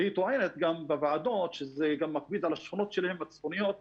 והיא גם טוענת בוועדות שזה מכביד על השכונות הצפוניות שלהם.